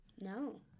No